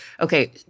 Okay